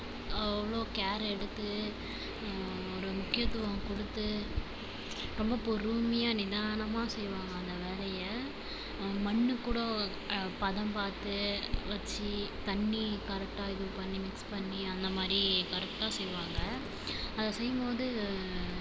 அவ்வளோ கேர் எடுத்து ஒரு முக்கியத்துவம் கொடுத்து ரொம்ப பொறுமையாக நிதானமாக செய்வாங்கள் அந்த வேலையை மண்ணு கூடோ பதம் பார்த்து வச்சு தண்ணி கரெக்டாக இது பண்ணி மிக்ஸ் பண்ணி அந்த மாதிரி கரெக்டாக செய்வாங்கள் அதை செய்யும் போது